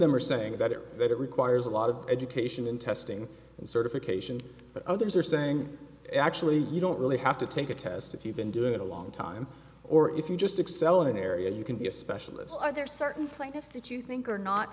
them saying that it requires a lot of education and testing and certification but others are saying actually you don't really have to take a test if you've been doing it a long time or if you just excel in an area you can be a specialist are there certain trends that you think are not